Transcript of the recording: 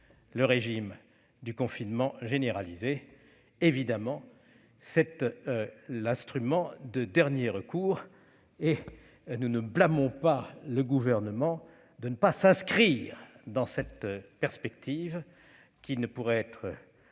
le régime du confinement généralisé. Évidemment, c'est l'instrument de dernier recours, et nous ne blâmons pas le Gouvernement de ne pas s'inscrire dans cette perspective, qui ne pourrait être